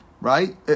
Right